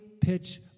pitch